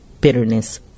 bitterness